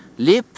lip